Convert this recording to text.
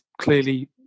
clearly